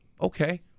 okay